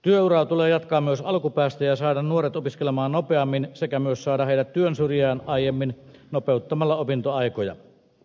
työuraa tulee jatkaa myös alkupäästä ja saada nuoret opiskelemaan nopeammin sekä myös saada heidät työn syrjään aiemmin nopeuttamalla opintoaikoja